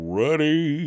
ready